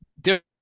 different